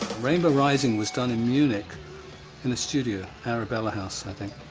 rainbow rising was done in munich in the studio arabella house, i think.